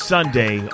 Sunday